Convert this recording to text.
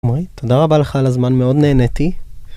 עמרי, תודה רבה לך על הזמן, מאוד נהניתי.